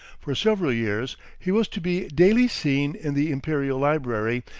for several years he was to be daily seen in the imperial library,